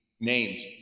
names